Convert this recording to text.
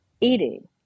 eating